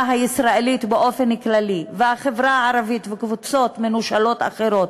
הישראלית באופן כללי והחברה הערבית וקבוצות מנושלות אחרות,